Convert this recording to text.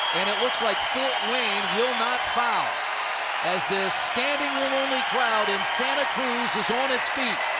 it looks like fort wayne will not foul as the standing room only crowd in santa cruz is on its feet.